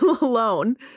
alone